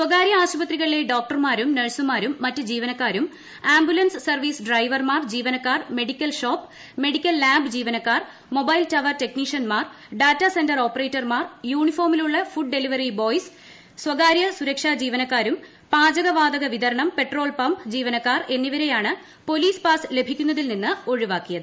സ്വകാര്യ ആശുപത്രികളിലെ ഡോക്ടർമാരും നഴ്സുമാരും മറ്റു ജീവനക്കാരും ആംബുലൻസ് സർവീസ് ഡ്രൈവർമാർ ജീവനക്കാർ മെഡിക്കൽ ഷോപ്പ് മെഡിക്കൽ ലാബ് ജീവനക്കാർ മൊബൈൽ ടവർ ടെക്നീഷ്യന്മാർ ഡാറ്റ സെൻറർ ഓപ്പറേറ്റർമാർ യൂണിഫോമിലുള്ള ഫുഡ് ഡെലിവറി ബോയ്സും സ്ഥകാര്യ സുരക്ഷ ജീവനക്കാരും പാചകവ്ടുതക വിതരണം പെട്രോൾ ബങ്ക് ജീവനക്കാർ എന്നിവരെയാണ് പ്പൊല്ലീസ് പാസ് ലഭിക്കുന്നതിൽ നിന്ന് ഒഴിവാക്കിയത്